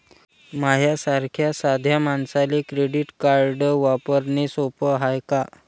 माह्या सारख्या साध्या मानसाले क्रेडिट कार्ड वापरने सोपं हाय का?